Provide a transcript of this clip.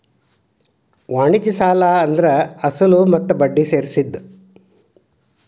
ವಾಣಿಜ್ಯ ಸಾಲ ಅಂದ್ರ ಅಸಲ ಮತ್ತ ಬಡ್ಡಿ ಸೇರ್ಸಿದ್